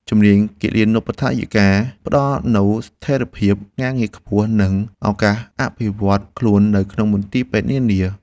ជំនាញគិលានុបដ្ឋាយិកាផ្តល់នូវស្ថិរភាពការងារខ្ពស់ និងឱកាសអភិវឌ្ឍន៍ខ្លួននៅក្នុងមន្ទីរពេទ្យនានា។